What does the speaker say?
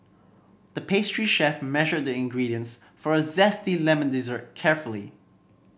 the pastry chef measured the ingredients for a zesty lemon dessert carefully